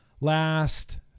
last